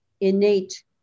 innate